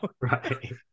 right